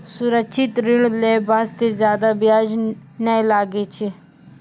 सुरक्षित ऋण लै बास्ते जादा बियाज नै लागै छै